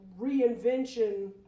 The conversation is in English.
reinvention